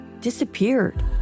disappeared